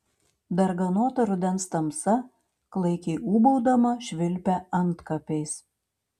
darganota rudens tamsa klaikiai ūbaudama švilpia antkapiais